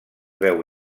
veu